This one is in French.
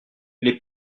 les